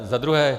Za druhé.